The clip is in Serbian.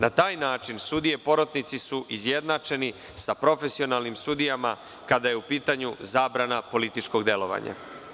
Na taj način sudije porotnici su izjednačeni sa profesionalnim sudijama, kada je u pitanju zabrana političkog delovanja.